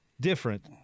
Different